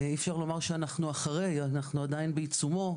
אי אפשר לומר שאנחנו אחרי כי אנחנו עדיין בעיצומו,